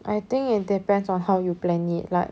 I think it depends on how you plan it like